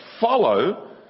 follow